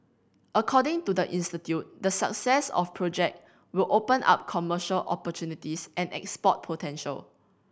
according to the institute the success of project will open up commercial opportunities and export potential